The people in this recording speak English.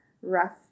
rough